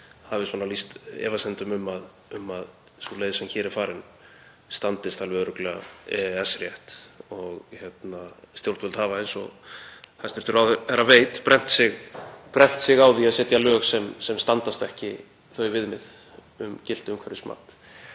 hafi lýst efasemdum um að sú leið sem hér er farin standist alveg örugglega EES-rétt og stjórnvöld hafa, eins og hæstv. ráðherra veit, brennt sig á því að setja lög sem standast ekki þau viðmið um gilt umhverfismat.